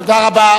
תודה רבה.